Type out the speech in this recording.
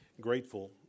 grateful